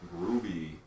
groovy